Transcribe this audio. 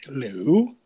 Hello